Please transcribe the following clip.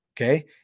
Okay